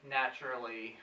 naturally